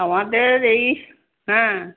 আমাদের এই হ্যাঁ